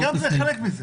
גם זה חלק מזה.